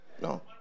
no